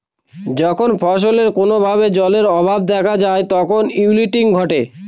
যখন ফসলে কোনো ভাবে জলের অভাব দেখা যায় তখন উইল্টিং ঘটে